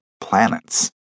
planets